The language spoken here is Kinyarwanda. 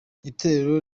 itorero